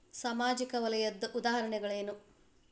ಸಾಮಾಜಿಕ ವಲಯದ್ದು ಉದಾಹರಣೆಗಳೇನು?